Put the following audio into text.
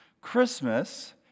Christmas